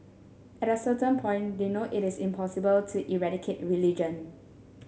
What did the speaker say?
at a certain point they know it is impossible to eradicate religion